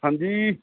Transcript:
ਹਾਂਜੀ